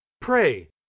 Pray